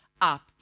up